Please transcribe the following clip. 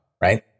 right